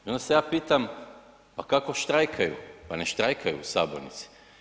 I onda se ja pitam, pa kako štrajkaju, pa ne štrajkaju u sabornici.